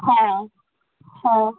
হ্যাঁ হ্যাঁ